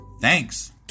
Thanks